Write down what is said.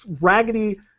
raggedy